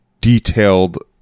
detailed